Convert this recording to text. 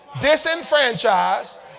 disenfranchised